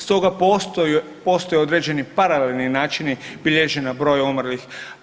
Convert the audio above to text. Stoga postoje određeni paralelni načini bilježenja broja umrlih.